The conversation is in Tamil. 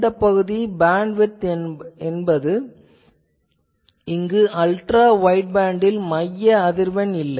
இந்த பகுதி பேண்ட்விட்த் என்பது இங்கு அல்ட்ரா வைட்பேண்ட்டில் மைய அதிர்வெண் என்பது இல்லை